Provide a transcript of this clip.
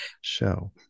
show